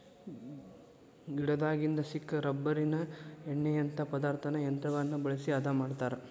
ಗಿಡದಾಗಿಂದ ಸಿಕ್ಕ ರಬ್ಬರಿನ ಎಣ್ಣಿಯಂತಾ ಪದಾರ್ಥಾನ ಯಂತ್ರಗಳನ್ನ ಬಳಸಿ ಹದಾ ಮಾಡತಾರ